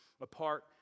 apart